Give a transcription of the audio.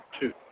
two